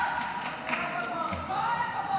תודה רבה.